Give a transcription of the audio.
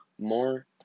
more